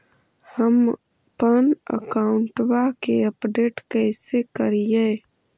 हमपन अकाउंट वा के अपडेट कैसै करिअई?